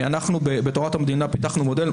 אנחנו בתורת המדינה פיתחנו מודל,